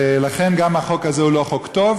ולכן גם החוק הזה הוא לא חוק טוב,